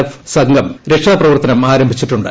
F സംഘം രക്ഷാപ്രവർത്തനം ആരംഭിച്ചിട്ടുണ്ട്